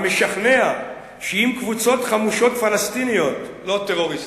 המשכנע שאם קבוצות חמושות פלסטיניות" לא טרוריסטים,